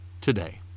today